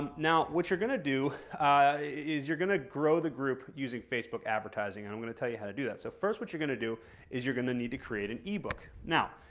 and now, what you're going to do is you're going to grow the group using facebook advertising and i'm going to tell you how to do that. so first what you're going to do is you're going to need to create an ebook. now,